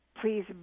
Please